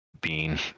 Bean